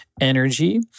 energy